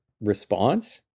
response